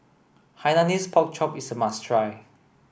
Hainanese pork chop is a must try